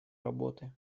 работы